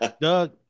Doug